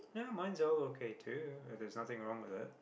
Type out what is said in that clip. ya mine's all okay too there's nothing wrong with it